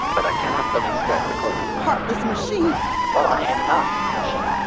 but i cannot release that recording heartless machine while i am not a machine,